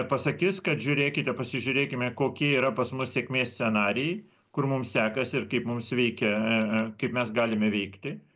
pasakys kad žiūrėkite pasižiūrėkime kokie yra pas mus sėkmės scenarijai kur mums sekasi ir kaip mums veikia kaip mes galime veikti